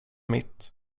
mitt